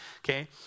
Okay